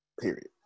Period